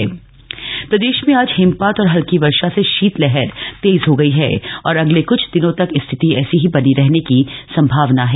मौसम प्रदेश में आज हिमपात और हल्की वर्षा से शीत लहर तेज हो गई है और अगले कुछ दिनों तक स्थिति ऐसी ही बनी रहने की संभावना है